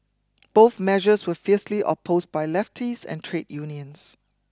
both measures were fiercely opposed by lefties and trade unions